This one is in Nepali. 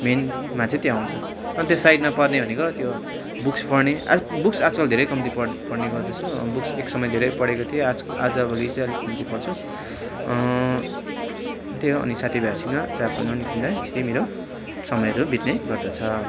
मेनमा चाहिँ त्यो आउँछ अन्त त्यो साइडमा पर्ने भनेको त्यो बुक्स पढ्ने बुक्स आजकल धेरै कम्ती पढ पढ्ने गर्दछु बुक्स एक समय धेरै पढेको थिएँ आज आजभोलि चाहिँ अलिक कम्ती पढ्छु त्यही हो अनि साथी भाइहरूसँग चाय पिउन निक्लिन्दा यसरी मेरो समयहरू बित्ने गर्दछ